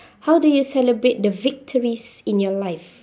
how do you celebrate the victories in your life